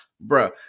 bro